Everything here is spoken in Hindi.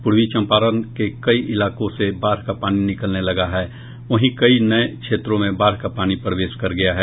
पूर्वी चम्पारण के कई इलाकों से बाढ़ का पानी निकलने लगा वहीं कई नये क्षेत्रों में बाढ़ का पानी प्रवेश कर गया है